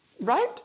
Right